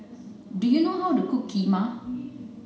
do you know how to cook Kheema